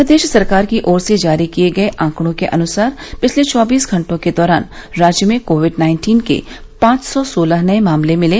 प्रदेश सरकार की ओर से जारी किए गए आंकड़ों के अनुसार पिछले चौबीस घंटों के दौरान राज्य में कोविड नाइन्टीन के पांच सौ सोलह नए मामले मिले